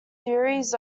theories